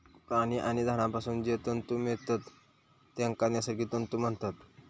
प्राणी आणि झाडांपासून जे तंतु मिळतत तेंका नैसर्गिक तंतु म्हणतत